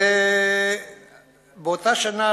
ובאותה שנה,